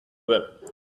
wept